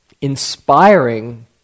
inspiring